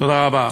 תודה רבה.